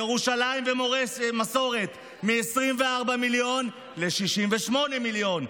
ירושלים ומסורת, מ-24 מיליון ל-68 מיליון.